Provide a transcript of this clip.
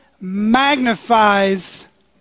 magnifies